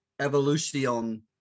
Evolution